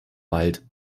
wald